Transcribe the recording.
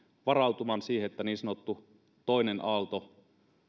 varautumaan siihen että niin sanottu toinen aalto